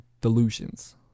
Delusions